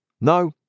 No